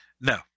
No